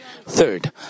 Third